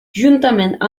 juntament